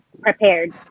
prepared